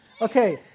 Okay